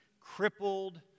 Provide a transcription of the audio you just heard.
crippled